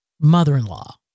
mother-in-law